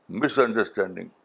misunderstanding